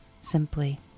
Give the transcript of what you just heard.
simply